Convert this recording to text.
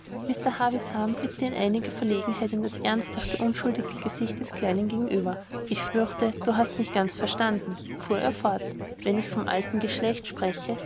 mr havisham blickte in einiger verlegenheit in das ernsthafte unschuldige gesicht seines kleinen gegenüber ich fürchte du hast mich nicht ganz verstanden fuhr er fort wenn ich von altem geschlecht spreche